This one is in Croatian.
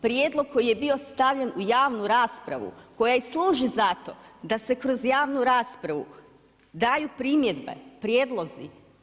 Prijedlog koji je bio stavljen u javnu raspravu, koja je i služi za to da se kroz javnu raspravu daju primjedbe, prijedlozi.